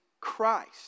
Christ